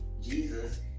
Jesus